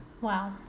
Wow